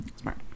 Smart